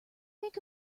make